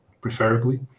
preferably